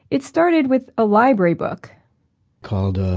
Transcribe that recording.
it started with a library book called, ah,